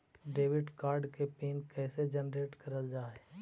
Debit card के pin कैसे generate करल जाहै?